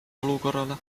olukorrale